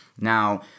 Now